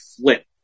flip